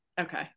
okay